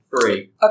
three